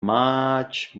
much